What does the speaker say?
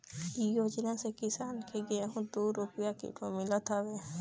इ योजना से किसान के गेंहू दू रूपिया किलो मितल हवे